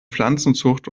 pflanzenzucht